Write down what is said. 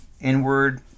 inward